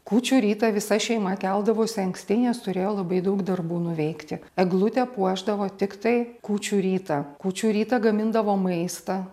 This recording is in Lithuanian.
kūčių rytą visa šeima keldavosi anksti nes turėjo labai daug darbų nuveikti eglutę puošdavo tiktai kūčių rytą kūčių rytą gamindavo maistą